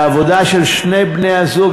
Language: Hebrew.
בעבודה של שני בני-הזוג,